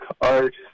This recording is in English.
art